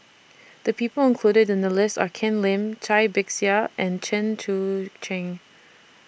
The People included in The list Are Ken Lim Cai Bixia and Chen Sucheng